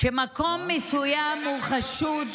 שמקום מסוים הוא חשוד,